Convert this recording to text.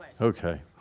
Okay